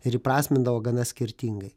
ir įprasmindavo gana skirtingai